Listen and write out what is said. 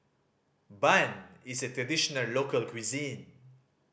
bun is a traditional local cuisine